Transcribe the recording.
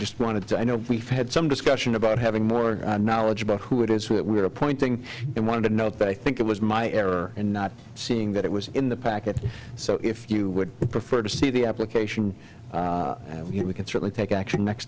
just wanted to i know we've had some discussion about having more knowledge about who it is what we are appointing and wanted to note that i think it was my error in not seeing that it was in the packet so if you would prefer to see the application you can certainly take action next